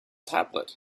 tablet